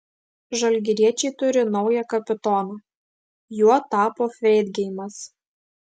žalgiriečiai turi naują kapitoną juo tapo freidgeimas